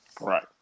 right